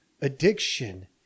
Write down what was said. addiction